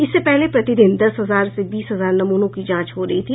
इससे पहले प्रतिदिन दस हजार से बीस हजार नमूनों की जांच हो रही थी